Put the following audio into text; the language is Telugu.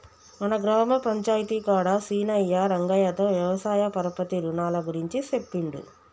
మన గ్రామ పంచాయితీ కాడ సీనయ్యా రంగయ్యతో వ్యవసాయ పరపతి రునాల గురించి సెప్పిండు